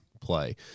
play